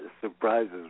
surprises